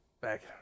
back